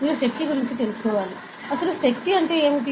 మీరు శక్తి గురించి తెలుసుకోవాలి శక్తి అంటే ఏమిటి